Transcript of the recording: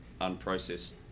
unprocessed